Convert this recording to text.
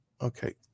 Okay